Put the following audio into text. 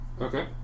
Okay